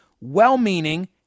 well-meaning